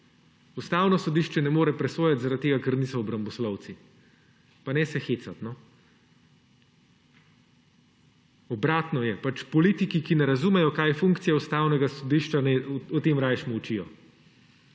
Ustavno sodišče ne more presojati, zaradi tega ker niso obramboslovci – pa ne se hecati, no! Obratno je. Politiki, ki ne razumejo, kaj je funkcija Ustavnega sodišča, naj o tem rajši molčijo.